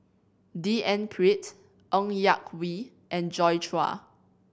D N Pritt Ng Yak Whee and Joi Chua